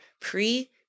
pre